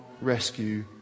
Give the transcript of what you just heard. rescue